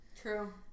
True